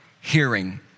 hearing